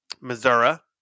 Missouri